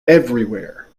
everywhere